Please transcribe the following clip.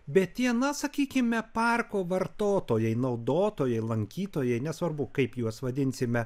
bet tie na sakykime parko vartotojai naudotojai lankytojai nesvarbu kaip juos vadinsime